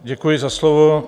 Děkuji za slovo.